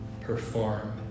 perform